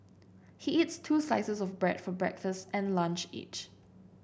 he eats two slices of bread for breakfast and lunch each